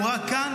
והוא רק כאן,